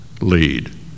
lead